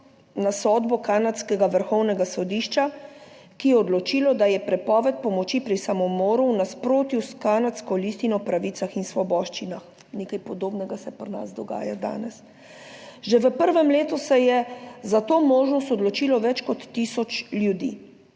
na sodbo kanadskega vrhovnega sodišča, ki je odločilo, da je prepoved pomoči pri samomoru v nasprotju s kanadsko listino o pravicah in svoboščinah". Nekaj podobnega se pri nas dogaja danes. "Že v prvem letu se je za to možnost odločilo več kot tisoč ljudi,